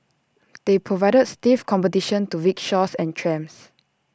they provided stiff competition to rickshaws and trams